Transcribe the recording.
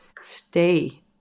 stay